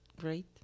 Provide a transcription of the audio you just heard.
great